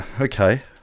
okay